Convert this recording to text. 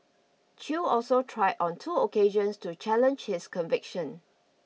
Chew also tried on two occasions to challenge his conviction